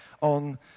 on